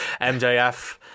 MJF